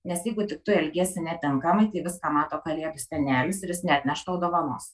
nes jeigu tik tu elgiesi netinkamai tai viską mato kalėdų senelis ir jis neatneš tau dovanos